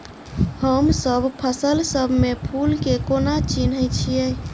हमसब फसल सब मे फूल केँ कोना चिन्है छी?